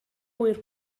ŵyr